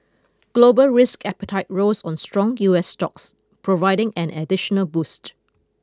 gobal risk appetite rose on strong U S stocks providing an additional boost